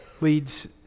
leads